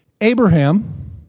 Abraham